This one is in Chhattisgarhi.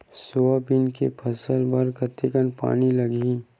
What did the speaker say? सोयाबीन के फसल बर कतेक कन पानी लगही?